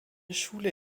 schule